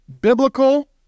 Biblical